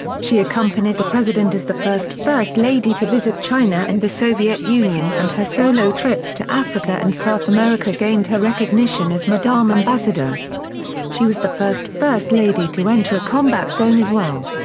she accompanied the president as the first first lady to visit china and the soviet union and her solo trips to africa and south america gained her recognition as madame ambassador she was the first first lady to enter a combat zone as well.